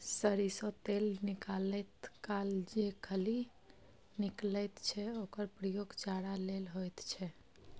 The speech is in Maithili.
सरिसों तेल निकालैत काल जे खली निकलैत छै ओकर प्रयोग चारा लेल होइत छै